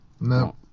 No